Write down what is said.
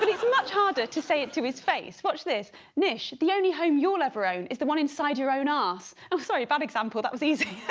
but much harder to say it to his face. watch this nish the only home you'll ever own is the one inside your own ass. i'm sorry bad example. that was easy